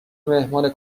مهمان